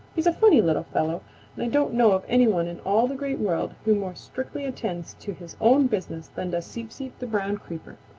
he's a funny little fellow and i don't know of any one in all the great world who more strictly attends to his own business than does seep-seep the brown creeper.